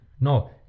No